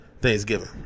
Thanksgiving